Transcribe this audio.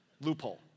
Loophole